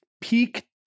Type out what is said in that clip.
peak